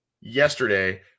yesterday